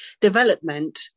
development